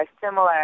similar